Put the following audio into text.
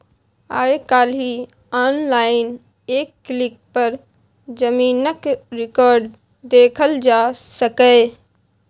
आइ काल्हि आनलाइन एक क्लिक पर जमीनक रिकॉर्ड देखल जा सकैए